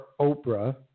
Oprah